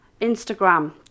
Instagram